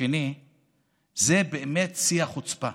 זה באמת שיא החוצפה.